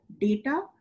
data